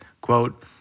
Quote